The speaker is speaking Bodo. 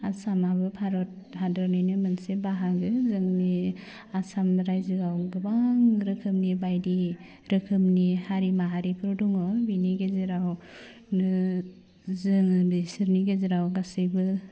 आसामाबो भारत हादरनिनो मोनसे बाहागो जोंनि आसाम रायजोआव गोबां रोखोमनि बायदि रोखोमनि हारि माहारिफोर दङ बिनि गेजेरावनो जोङो बिसोरनि गेजेराव गासैबो